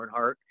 Earnhardt